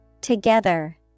Together